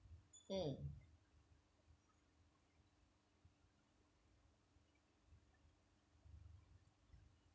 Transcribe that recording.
mm